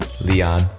Leon